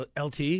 LT